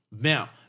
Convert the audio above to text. Now